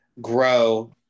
grow